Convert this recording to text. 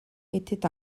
était